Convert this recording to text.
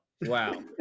Wow